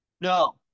no